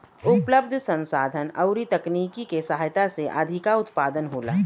उपलब्ध संसाधन अउरी तकनीकी के सहायता से अधिका उत्पादन होला